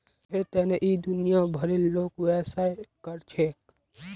लाभेर तने इ दुनिया भरेर लोग व्यवसाय कर छेक